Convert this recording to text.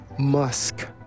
musk